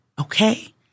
okay